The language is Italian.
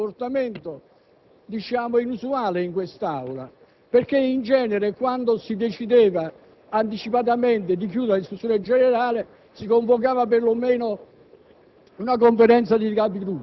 Presidente, questo tipo di comportamento è inusuale in quest'Aula perché, in genere, quando si decideva anticipatamente di chiudere la discussione generale si convocava perlomeno